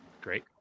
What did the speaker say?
Great